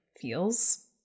feels